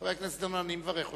חבר הכנסת דנון, אני מברך אותך,